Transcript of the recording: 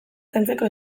zaintzeko